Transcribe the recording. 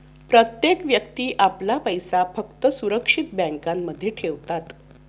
प्रत्येक व्यक्ती आपला पैसा फक्त सुरक्षित बँकांमध्ये ठेवतात